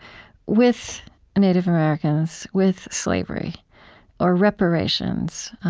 with native americans, with slavery or reparations,